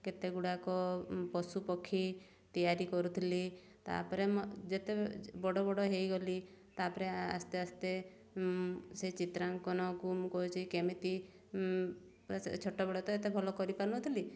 କେତେଗୁଡ଼ାକ ପଶୁପକ୍ଷୀ ତିଆରି କରୁଥିଲି ତାପରେ ଯେତେ ବଡ଼ ବଡ଼ ହୋଇଗଲି ତାପରେ ଆସ୍ତେ ଆସ୍ତେ ସେ ଚିତ୍ରାଙ୍କନକୁ ମୁଁ କହୁଛି କେମିତି ଛୋଟବେଳ ତ ଏତେ ଭଲ କରିପାରୁନଥିଲି